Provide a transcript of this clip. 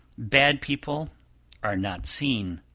bad people are not seen,